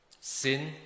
sin